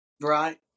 Right